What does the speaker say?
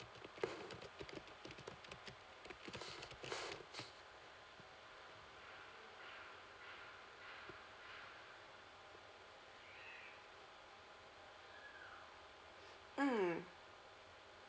mm